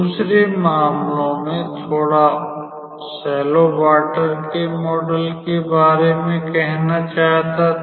दूसरे मामला मैं थोड़ा उथले पानी के मॉडल के बारे में कहना चाहता था